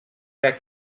era